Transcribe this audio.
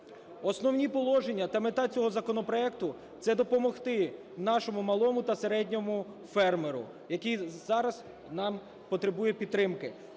основні положення та мета цього законопроекту – це допомогти нашому малому та середньому фермеру, який зараз потребує підтримки.